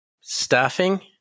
staffing